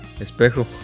Espejo